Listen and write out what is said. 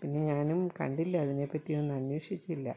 പിന്നെ ഞാനും കണ്ടില്ല അതിനെപ്പറ്റി ഒന്നന്വേഷിച്ചില്ല